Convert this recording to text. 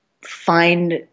find